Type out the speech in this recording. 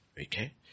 Okay